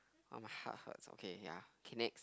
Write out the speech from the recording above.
orh my heart hurts okay ya K next